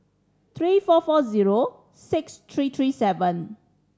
three four four zero six three three seven